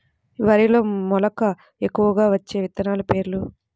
వరిలో మెలక ఎక్కువగా వచ్చే విత్తనాలు పేర్లు?